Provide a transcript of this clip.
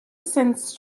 since